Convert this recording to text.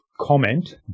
comment